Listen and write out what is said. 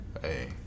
Hey